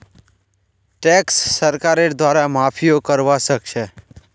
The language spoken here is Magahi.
टैक्स सरकारेर द्वारे माफियो करवा सख छ